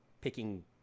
picking